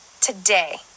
today